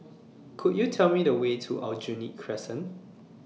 Could YOU Tell Me The Way to Aljunied Crescent